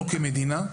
אנחנו כמדינה,